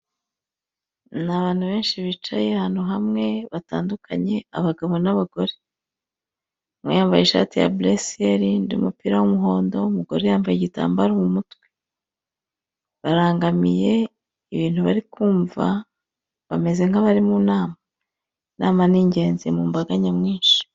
Ni abantu benshi bicaye ahantu hamwe batandukanye, abagabo n'abagore, umwe yambaye ishati ya buresiyeri, undi umupira w'umuhondo, umugore yambaye igitambaro mu mutwe, barangamiye ibintu bari kumva, bameze nk'abari mu nama, inama ningenzi mu mbaga nyamwinshi.